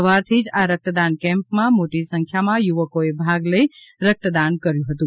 સવારથી જ આ રક્તદાન કેમ્પમાં મોટી સંખ્યામાં યુવકોએ ભાગ લઇ રક્તદાન કર્યું હતું